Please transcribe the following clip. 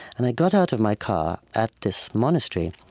and i got out of my car at this monastery,